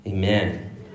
Amen